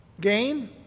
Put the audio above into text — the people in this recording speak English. gain